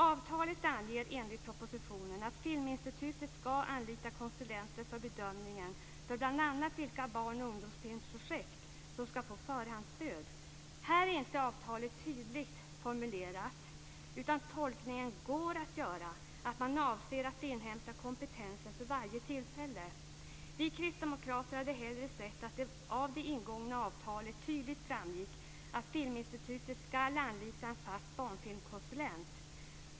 Avtalet anger, enligt propositionen, att Filminstitutet ska anlita konsulenter för bedömningen bl.a. av vilka barn och ungdomsfilmsprojekt som ska få förhandsstöd. I detta avseende är inte avtalet tydligt formulerat. Det går att tolka det som att man avser att inhämta kompetensen för varje tillfälle. Vi kristdemokrater hade hellre sett att det av det ingångna avtalet tydligt framgick att Filminstitutet ska anlita en fast barnfilmskonsulent.